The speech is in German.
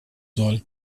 soll